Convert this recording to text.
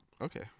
Okay